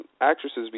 actresses